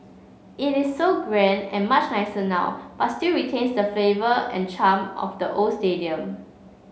it is so grand and much nicer now but still retains the flavour and charm of the old stadium